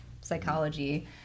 psychology